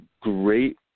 great